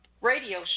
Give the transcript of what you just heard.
radio